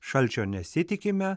šalčio nesitikime